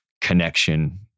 connection